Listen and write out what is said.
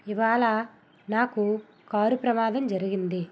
ఇవాళ నాకు కారు ప్రమాదం జరిగింది